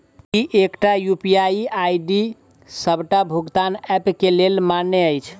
की एकटा UPI ID D सबटा भुगतान ऐप केँ लेल मान्य अछि?